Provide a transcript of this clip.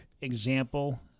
example